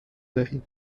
دهید